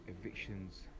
evictions